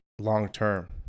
long-term